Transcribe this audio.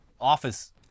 office